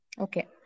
Okay